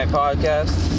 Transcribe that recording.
podcast